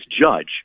judge